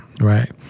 right